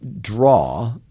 draw